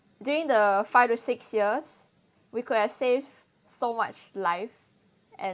during the five to six years we could have saved so much life and